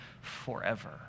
forever